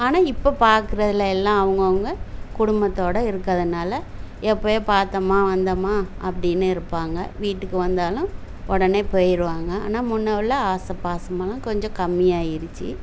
ஆனால் இப்போ பார்க்கறதில்ல எல்லாம் அவுங்கவங்க குடும்பத்தோடு இருக்கறதனால் எப்போயோ பாத்தோமா வந்தோமா அப்படின்னு இருப்பாங்க வீட்டுக்கு வந்தாலும் உடனே போயிடுவாங்க ஆனால் முன்னே உள்ள ஆசை பாசமெல்லாம் கொஞ்சம் கம்மியாகிருச்சி